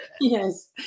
yes